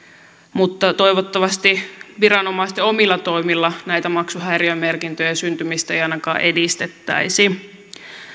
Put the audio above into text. mutta toivottavasti viranomaisten omilla toimilla näiden maksuhäiriömerkintöjen syntymistä ei ainakaan edistettäisi